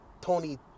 Tony